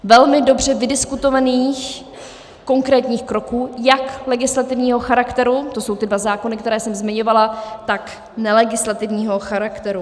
Velmi dobře vydiskutovaných konkrétních kroků jak legislativního charakteru to jsou ty dva zákony, které jsem zmiňovala , tak nelegislativního charakteru.